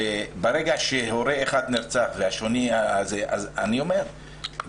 וברגע שהורה אחד נרצח והשני הרי כשבית